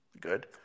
Good